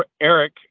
Eric